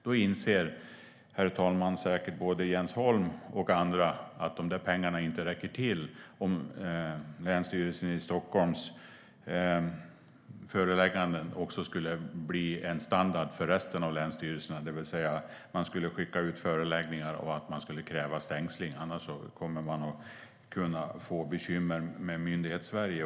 Då inser säkert både Jens Holm och andra att de pengarna inte räcker till om Länsstyrelsen i Stockholms förelägganden skulle bli en standard för resten av länsstyrelserna, det vill säga man skulle skicka ut förelägganden och kräva stängsling. Annars kommer man att kunna få bekymmer med Myndighetssverige.